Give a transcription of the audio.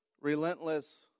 Relentless